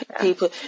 people